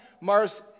Mars